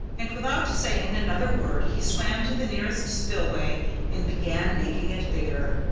and without saying another word he swam to the nearest spillway and began making it bigger.